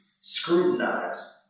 scrutinize